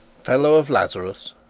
fellow of lazarus,